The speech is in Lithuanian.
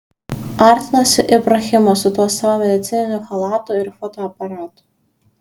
artinosi ibrahimas su tuo savo medicininiu chalatu ir fotoaparatu